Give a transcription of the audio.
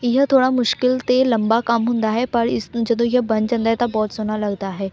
ਇਹ ਥੋੜ੍ਹਾ ਮੁਸ਼ਕਿਲ ਅਤੇ ਲੰਬਾ ਕੰਮ ਹੁੰਦਾ ਹੈ ਪਰ ਇਸਨੂੰ ਜਦੋਂ ਇਹ ਬਣ ਜਾਂਦਾ ਤਾਂ ਬਹੁਤ ਸੋਹਣਾ ਲੱਗਦਾ ਹੈ